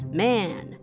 man